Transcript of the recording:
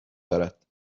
دارد